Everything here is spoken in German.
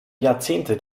jahrzehnte